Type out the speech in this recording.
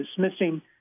dismissing